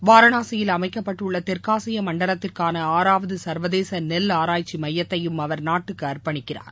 வாரணாசியில் அமைக்கப்பட்டுள்ள தெற்காசிய மண்டலத்திற்கான ஆறாவது சர்வதேச நெல் ஆராய்ச்சி மையத்தையும் அவர் நாட்டுக்கு அர்ப்பணிக்கிறார்